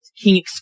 king